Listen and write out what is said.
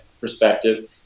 perspective